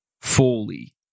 fully